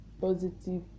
positive